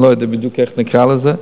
אני לא יודע בדיוק איך נקרא לזה.